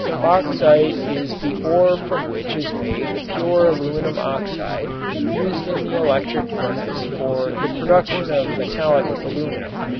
bauxite is the ore from which is made the pure aluminum oxide used in the electric furnace for the production of metallic aluminum.